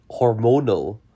Hormonal